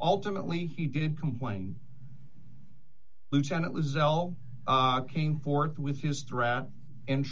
ultimately he didn't complain lieutenant lazaro came forth with his threat and